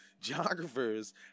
geographers